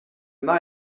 mât